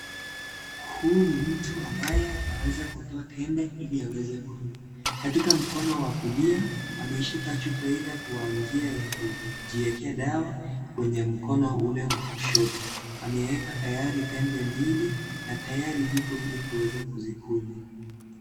Huyu ni mtu ambaye anaweza kutoa tembe Ili aweze kunywa. Katika mkono wa kulia, ameishika chupa Ile kwa njia ya kujiwekea dawa kwenye mkono ule wa kushoto. Ameweka tayari tembe mbili na tayari yupo Ili kuweza kuzikunywa.